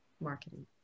marketing